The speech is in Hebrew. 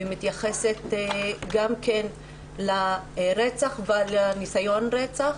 שמתייחסת גם כן לרצח ולניסיון רצח,